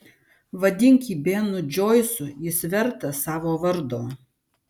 vadink jį benu džoisu jis vertas savo vardo